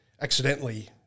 accidentally